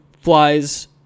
flies